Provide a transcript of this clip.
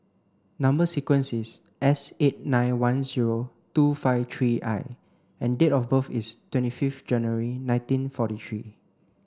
number sequence is S eight nine one zero two five three I and date of birth is twenty fifth January nineteen forty three